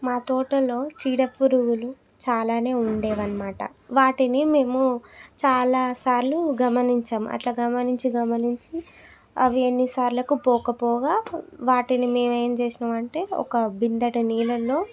మా తోటలో చీడపురుగులు చాలానే ఉండేవి అన్నమాట వాటిని మేము చాలాసార్లు గమనించాము అట్లా గమనించి గమనించి అవి ఎన్నిసార్లకి పోకపోగా వాటిని మేము ఏమి చేసాము అంటే ఒక బిందెటి నీళ్ళల్లో